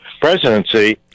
presidency